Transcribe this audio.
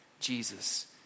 Jesus